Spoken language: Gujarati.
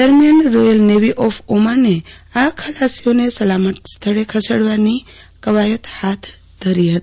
દરમિયાન રોયલ નેવી ઓફ ઓમાને આ ખલાસીઓને સલામત સ્થળે ખસેડવાની કવાયત હાથ ધરી હતી